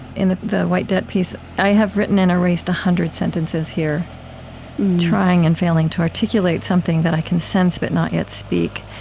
in the the white debt piece i have written and erased one hundred sentences here trying and failing to articulate something that i can sense, but not yet speak.